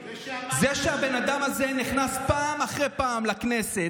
זה שהבן אדם הזה נכנס פעם אחרי פעם לכנסת,